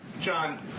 John